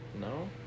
no